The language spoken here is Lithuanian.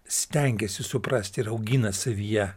stengiasi suprasti ir augina savyje